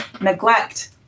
neglect